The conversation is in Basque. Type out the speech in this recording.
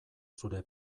zure